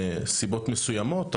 מסיבות מסוימות,